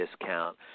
discount